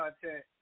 content